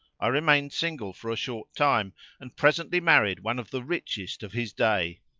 i remained single for a short time and presently married one of the richest of his day.